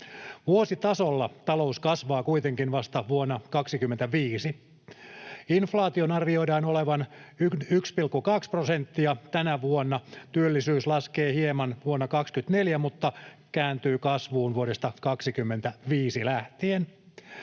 Vuositasolla talous kasvaa kuitenkin vasta vuonna 25. Inflaation arvioidaan olevan 1,2 prosenttia tänä vuonna. Työllisyys laskee hieman vuonna 24 mutta kääntyy kasvuun vuodesta 25 lähtien.